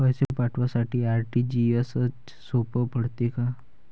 पैसे पाठवासाठी आर.टी.जी.एसचं सोप पडते का?